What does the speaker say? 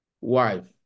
Wife